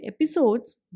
episodes